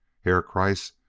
herr kreiss,